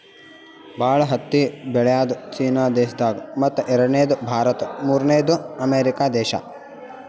ಭಾಳ್ ಹತ್ತಿ ಬೆಳ್ಯಾದು ಚೀನಾ ದೇಶದಾಗ್ ಮತ್ತ್ ಎರಡನೇದು ಭಾರತ್ ಮೂರ್ನೆದು ಅಮೇರಿಕಾ ದೇಶಾ